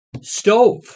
Stove